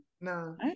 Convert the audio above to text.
No